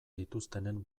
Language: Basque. dituztenen